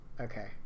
Okay